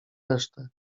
resztę